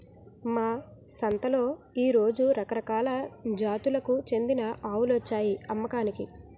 మా సంతలో ఈ రోజు రకరకాల జాతులకు చెందిన ఆవులొచ్చాయి అమ్మకానికి